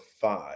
five